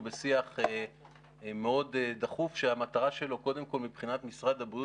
אנחנו בשיח מאז שהממשלה אישרה בישיבתה להעביר את זה לקריאה שונה,